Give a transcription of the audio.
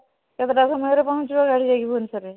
କେତେଟା ସମୟରେ ପହଁଞ୍ଚିବ ଗାଡ଼ି ଯାଇକି ଭୁବନେଶ୍ୱରରେ